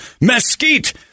mesquite